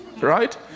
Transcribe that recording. Right